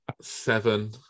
seven